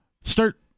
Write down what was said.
start